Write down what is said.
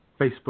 Facebook